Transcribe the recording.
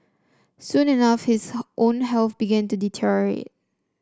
soon enough his own health began to deteriorate